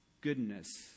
goodness